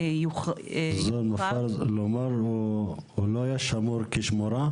אזור מופר כלומר, הוא לא היה שמור כשמורה?